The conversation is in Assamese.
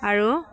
আৰু